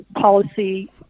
policy